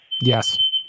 Yes